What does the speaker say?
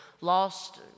lost